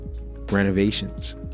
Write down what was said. renovations